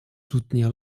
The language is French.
soutenir